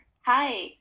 Hi